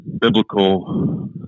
Biblical